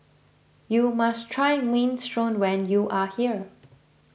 you must try Minestrone when you are here